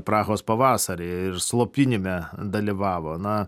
prahos pavasarį ir slopinime dalyvavo na